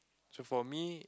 so for me